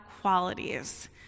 qualities